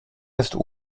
ist